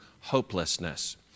hopelessness